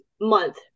month